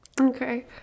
okay